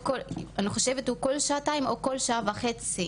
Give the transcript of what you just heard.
אני חושבת שהוא עובר כל שעתיים או כל שעה וחצי,